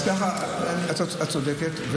אז ככה, את צודקת.